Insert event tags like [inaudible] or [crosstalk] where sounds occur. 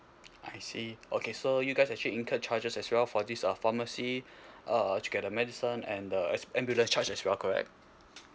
I see okay so you guys actually incur charges as well for this uh pharmacy [breath] uh to get the medicine and the am~ ambulance charged as well correct